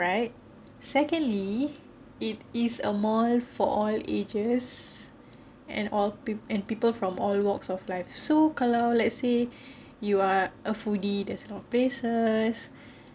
right secondly it is a mall for all ages and all people from all walks of life so kalau let's say you're a foodie there's lot of places